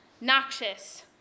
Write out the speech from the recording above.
noxious